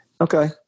Okay